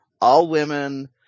all-women